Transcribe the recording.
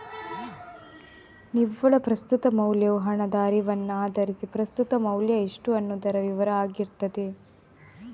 ನಿವ್ವಳ ಪ್ರಸ್ತುತ ಮೌಲ್ಯವು ಹಣದ ಹರಿವನ್ನ ಆಧರಿಸಿ ಪ್ರಸ್ತುತ ಮೌಲ್ಯ ಎಷ್ಟು ಅನ್ನುದರ ವಿವರ ಆಗಿರ್ತದೆ